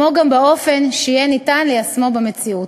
כמו גם באופן שיהיה ניתן ליישמו במציאות.